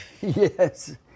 Yes